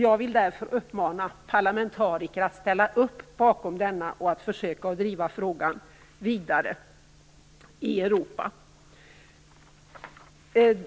Jag vill därför uppmana parlamentariker att ställa upp bakom denna och försöka driva frågan vidare i Europa.